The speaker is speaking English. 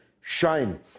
shine